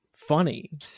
funny